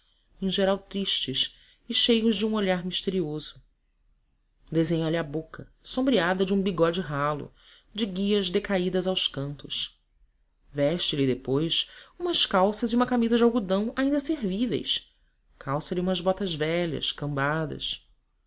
em geral tristes e cheios de um olhar misterioso desenha lhe a boca sombreada de um bigode ralo de guias decaídas aos cantos veste lhe depois umas calças e uma camisa de algodão ainda servíveis calça lhe umas botas velhas cambadas